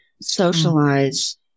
socialize